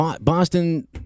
Boston